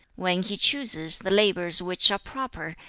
when he chooses the labours which are proper,